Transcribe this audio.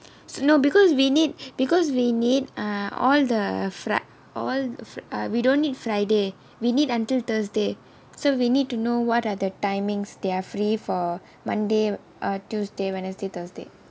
no because we need because we need err all the friday all fr~ we don't need friday we need until thursday so we need to know what are the timings they are free for monday err tuesday wednesday thursday